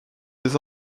les